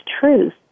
truth